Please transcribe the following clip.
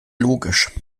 logisch